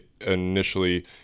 initially